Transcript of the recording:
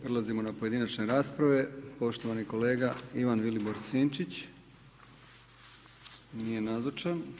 Prelazimo na pojedinačne rasprave, poštovani kolega Ivan Vilibor Sinčić, nije nazočan.